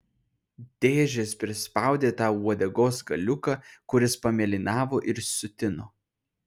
dėžės prispaudė tau uodegos galiuką kuris pamėlynavo ir sutino